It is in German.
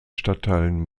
stadtteilen